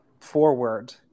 forward